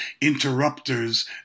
interrupters